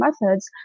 methods